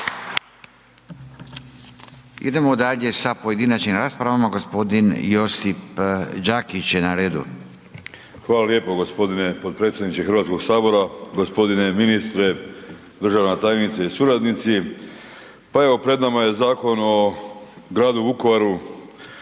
Idemo dalje sa pojedinačnim raspravama, gospodin Josip Đakić je na redu. **Đakić, Josip (HDZ)** Hvala lijepo gospodine potpredsjedniče Hrvatskog sabora. Gospodine ministre, državna tajnice i suradnici. Pa evo pred nama je Zakon o gradu Vukovaru,